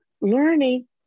learning